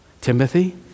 Timothy